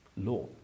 law